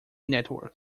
network